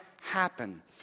happen